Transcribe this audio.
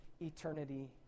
eternity